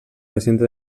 recinte